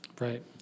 Right